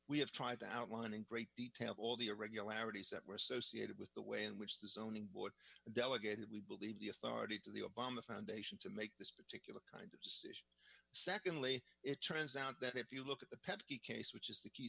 we have tried to outline in great detail all the irregularities that were associated with the way in which the zoning board delegated we believe the authority to the obama foundation to make this better kind of decision secondly it turns out that if you look at the pepsi case which is the key